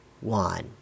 one